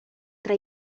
tra